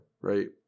right